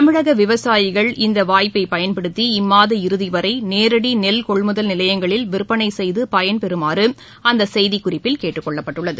தமிழக விவசாயிகள் இந்த வாய்ப்பை பயன்படுத்தி இம்மாத இறுதிவரை நேரடி நெல் கொள்முதல் நிலையங்களில் விற்பனை செய்து பயன்பெறுமாறு அந்த செய்திக் குறிப்பில் கேட்டுக் கொள்ளப்பட்டுள்ளது